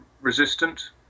resistant